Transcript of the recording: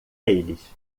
eles